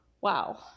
wow